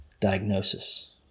diagnosis